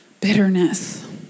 bitterness